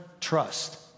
trust